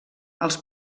als